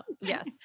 Yes